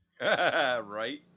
Right